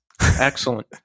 Excellent